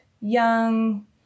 young